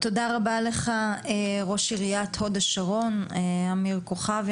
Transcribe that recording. תודה רבה לך ראש עיריית הוד השרון, אמיר כוכבי.